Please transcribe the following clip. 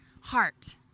heart